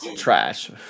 trash